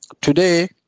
Today